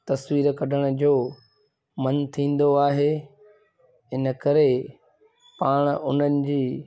तस्वीर कढण जो मन थींदो आहे इनकरे पाण उन्हनि जी